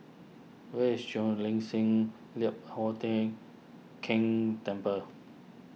where is Cheo Lim Chin Lian Hup Keng Temple